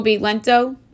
Lento